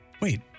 wait